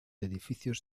edificios